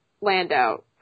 Lando